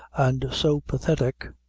and so pathetic,